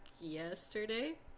yesterday